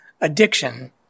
addiction